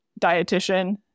dietitian